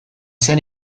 zen